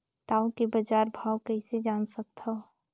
टाऊ के बजार भाव कइसे जान सकथव?